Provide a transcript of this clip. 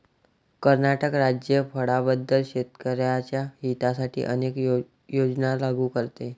कर्नाटक राज्य फळांबद्दल शेतकर्यांच्या हितासाठी अनेक योजना लागू करते